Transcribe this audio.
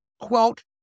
quote